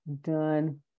done